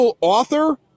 author